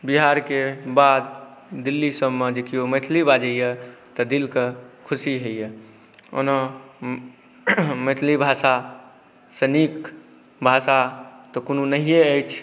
बिहारके बाद दिल्लीसबमे जँ केओ मैथिली बाजैए तऽ दिलके खुशी होइए ओना मैथिली भाषासँ नीक भाषा तऽ कोनो नहिए अछि